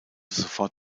sofort